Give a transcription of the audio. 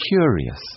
curious